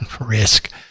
risk